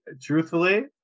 truthfully